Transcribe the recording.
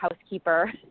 housekeeper